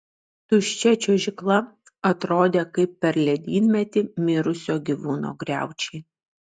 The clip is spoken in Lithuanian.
tuščia čiuožykla atrodė kaip per ledynmetį mirusio gyvūno griaučiai